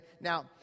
Now